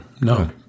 No